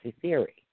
theory